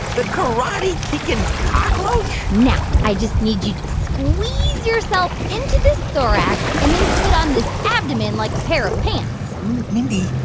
the karate kickn' and cockroach? now i just need to squeeze yourself into this thorax and then put on this abdomen like a pair of pants mindy,